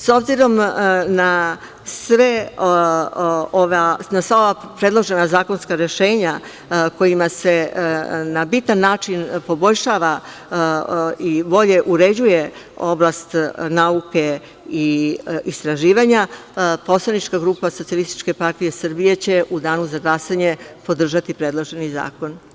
S obzirom na sva ova predložena zakonska rešenja kojima se na bitan način poboljšava i bolje uređuje oblast nauke i istraživanja, poslanička grupa SPS će u danu za glasanje podržati predloženi zakon.